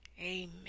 Amen